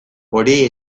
horiei